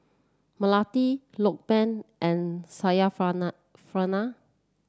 Melati Lokman and Syarafina